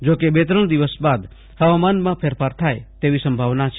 જોકે બે ત્રણ દિવસ બવાડ હવામાનમાં ફેરફાર થાય તેવી સંભાવના છે